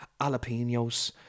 jalapenos